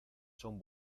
son